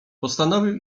postanowił